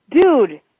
dude